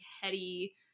heady